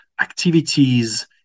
activities